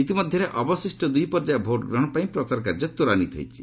ଇତିମଧ୍ୟରେ ଅବଶିଷ୍ଟ ଦୁଇପର୍ଯ୍ୟାୟ ଭୋଟ୍ ଗ୍ରହଣ ପାଇଁ ପ୍ରଚାର କାର୍ଯ୍ୟ ତୃରାନ୍ୱିତ ହୋଇଛି